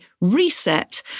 reset